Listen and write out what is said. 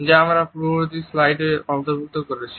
যা আমি পূর্ববর্তী স্লাইডে তালিকাভুক্ত করেছি